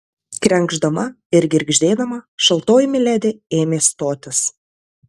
krenkšdama ir girgždėdama šaltoji miledi ėmė stotis